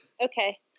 Okay